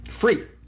Free